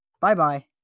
Bye-bye